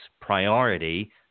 priority